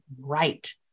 right